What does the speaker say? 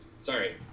Sorry